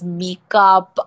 makeup